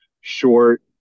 Short